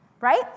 right